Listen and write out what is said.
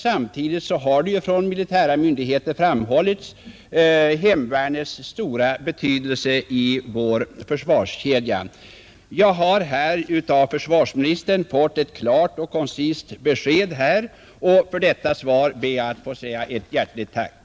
Samtidigt har från militära myndigheter framhållits hemvärnets stora betydelse i vår försvarskedja. Jag har här av försvarsministern fått ett klart och koncist besked, och för detta ber jag att få säga ett hjärtligt tack.